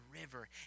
river